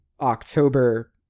october